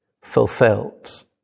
fulfilled